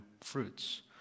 fruits